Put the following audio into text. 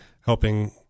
helping